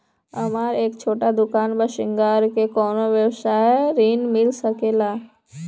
हमर एक छोटा दुकान बा श्रृंगार के कौनो व्यवसाय ऋण मिल सके ला?